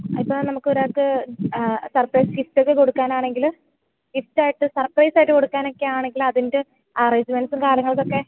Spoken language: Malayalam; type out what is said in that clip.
ഇപ്പോള് നമുക്കൊരാൾക്ക് സർപ്രൈസ് ഗിഫ്റ്റൊക്കെ കൊടുക്കാനാണെങ്കില് ഗിഫ്റ്റായിട്ട് സർപ്രൈസായിട്ട് കൊടുക്കാനൊക്കെയാണെങ്കില് അതിൻ്റെ അറേൻജ്മെൻറ്റ്സും കാര്യങ്ങൾക്കുമൊക്കെ